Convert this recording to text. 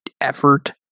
effort